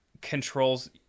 controls